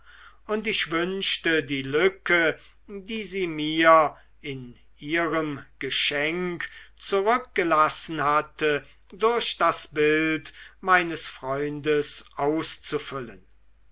und ich wünschte die lücke die sie mir in ihrem geschenk zurückgelassen hatte durch das bild meines freundes auszufüllen